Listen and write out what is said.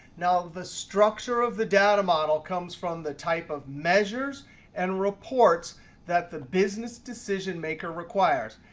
now, the structure of the data model comes from the type of measures and reports that the business decision maker requires.